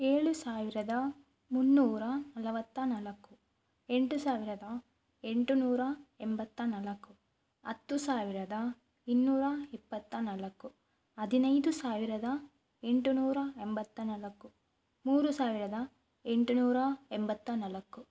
ಏಳು ಸಾವಿರದ ಮುನ್ನೂರ ನಲವತ್ತ ನಾಲ್ಕು ಎಂಟು ಸಾವಿರದ ಎಂಟು ನೂರ ಎಂಬತ್ತ ನಾಲ್ಕು ಹತ್ತು ಸಾವಿರದ ಇನ್ನೂರ ಇಪ್ಪತ್ತ ನಾಲ್ಕು ಹದಿನೈದು ಸಾವಿರದ ಎಂಟು ನೂರ ಎಂಬತ್ತ ನಾಲ್ಕು ಮೂರು ಸಾವಿರದ ಎಂಟು ನೂರ ಎಂಬತ್ತ ನಾಲ್ಕು